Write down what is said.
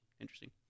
Interesting